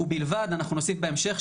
"ובלבד" נוסיף בהמשך,